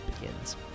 begins